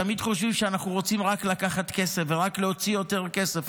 תמיד חושבים שאנחנו רק רוצים רק לקחת כסף ורק להוציא יותר כסף,